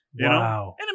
Wow